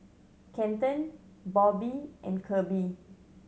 Kenton Bobbie and Kirby